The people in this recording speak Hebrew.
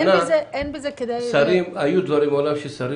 אין בזה כדי ל- -- היו דברים מעולם ששרים